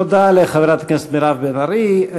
תודה לחברת הכנסת מירב בן ארי.